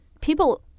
people